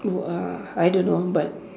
who are I don't know but